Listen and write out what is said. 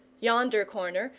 yonder corner,